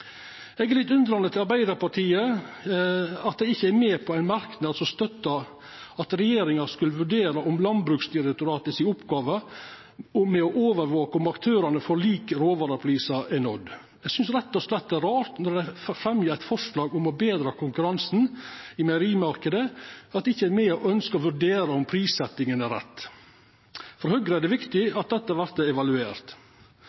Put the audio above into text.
Eg er litt undrande til at Arbeidarpartiet ikkje er med på ein merknad om at regjeringa skal vurdera om Landbruksdirektoratet si oppgåve med å overvake om aktørane får like råvareprisar, er nådd. Eg synest rett og slett det er rart når dei fremjar eit forslag om å betra konkurransen i meierimarknaden, at dei ikkje er med og ønskjer å vurdera om prissetjinga er rett. For Høgre er det viktig